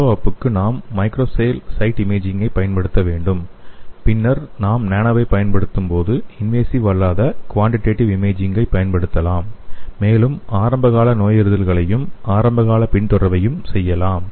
follow அப்புக்கு நாம் macro scale site இமேஜிங்கைப் பயன்படுத்த வேண்டும் பின்னர் நாம் நானோவைப் பயன்படுத்தும் போது இன்வேசிவ் அல்லாத குவான்டிடேடிவ் இமேஜிங்கைப் பயன்படுத்தலாம் மேலும் ஆரம்பகால நோயறிதலையும் ஆரம்பகால பின்தொடர்வையும் செய்யலாம்